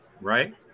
right